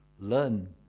learn